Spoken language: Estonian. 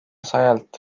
sajalt